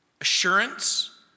Assurance